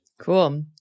cool